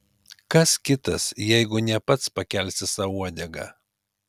kas kitas jeigu ne pats pakelsi sau uodegą